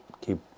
keep